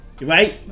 Right